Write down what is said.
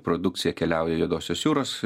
produkcija keliauja juodosios jūros